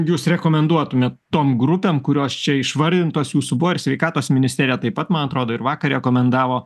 jūs rekomenduotumėt tom grupėm kurios čia išvardintos jūsų buvo ir sveikatos ministerija taip pat man atrodo ir vakar rekomendavo